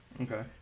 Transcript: Okay